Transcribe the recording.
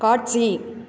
காட்சி